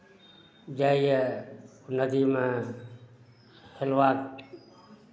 जाइए नदीमे हेलबाक